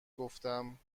گفتم